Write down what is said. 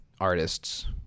artists